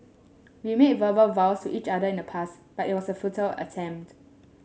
we made verbal vows to each other in the past but it was a futile attempt